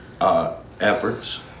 efforts